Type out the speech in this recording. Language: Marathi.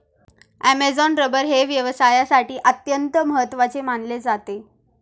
ॲमेझॉन रबर हे व्यवसायासाठी अत्यंत महत्त्वाचे मानले जाते